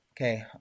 Okay